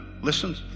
listen